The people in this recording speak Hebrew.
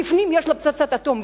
בפנים יש לה פצצת אטום,